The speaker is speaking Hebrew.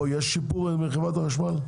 יש שיפור בחברת החשמל?